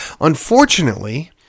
Unfortunately